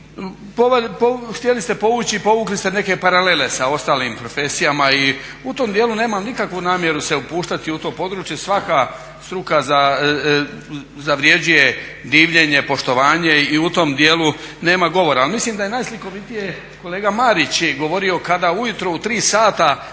htjeli ste povući i povukli ste neke paralele sa ostalim profesijama i u tom dijelu nemam nikakvu namjeru se upuštati u to područje. Svaka struka zavređuje divljenje, poštovanje i u tom dijelu nema govora. Ali mislim da je najslikovitije kolega Marić govorio kada ujutro u 3 sata